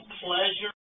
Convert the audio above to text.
pleasure